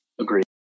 Agreed